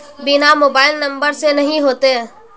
बिना mobile number से नहीं होते?